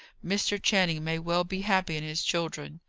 mr. channing may well be happy in his children.